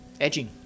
edging